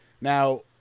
now